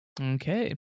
Okay